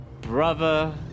brother